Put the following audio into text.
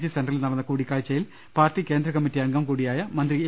G സെന്ററിൽ നടന്ന കൂടിക്കാഴ്ചയിൽ പാർട്ടി കേന്ദ്രകമ്മറ്റി അംഗം കൂടിയായ മന്ത്രി എ